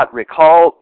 recall